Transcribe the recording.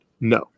No